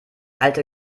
alte